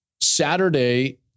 Saturday